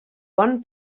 bon